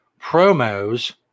promos